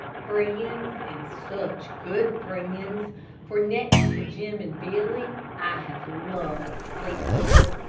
friends, and such good friends, for next to jim and billy, i have loved fleetfoot.